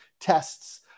tests